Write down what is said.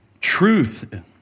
Truth